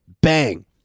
Bang